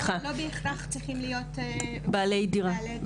לא בהכרח צריכים להיות בעלי דירה.